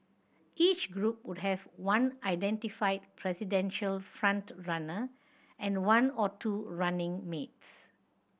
each group would have one identified presidential front runner and one or two running mates